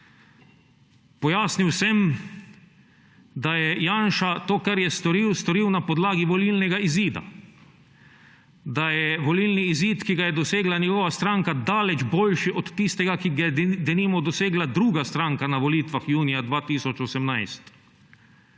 Pojasnil sem, da je Janša to, kar je storil, storil na podlagi volilnega izida. Da je volilni izid, ki ga je dosegla njegova stranka, daleč boljši od tistega, ki ga je denimo dosegla druga stranka na volitvah junija 2018.